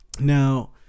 Now